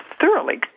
thoroughly